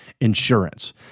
insurance